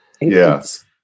Yes